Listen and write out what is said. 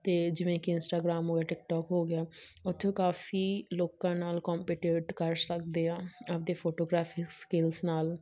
ਅਤੇ ਜਿਵੇਂ ਕਿ ਇੰਸਟਾਗ੍ਰਾਮ ਹੋ ਗਿਆ ਟਿਕ ਟੋਕ ਹੋ ਗਿਆ ਉੱਥੇ ਉਹ ਕਾਫੀ ਲੋਕਾਂ ਨਾਲ ਕੌਂਪੀਟੀਟ ਕਰ ਸਕਦੇ ਆ ਆਪਦੇ ਫੋਟੋਗ੍ਰਾਫੀ ਸਕਿਲਸ ਨਾਲ